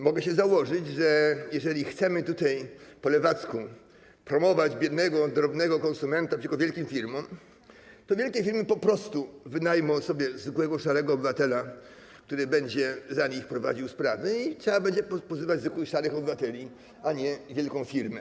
Mogę się założyć, że jeżeli chcemy tutaj po lewacku promować biednego, drobnego konsumenta przeciwko wielkim firmom, to wielkie firmy po prostu wynajmą sobie zwykłego szarego obywatela, który będzie za nich prowadził sprawy i trzeba będzie pozywać zwykłych szarych obywateli, a nie wielką firmę.